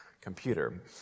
computer